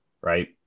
Right